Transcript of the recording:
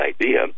idea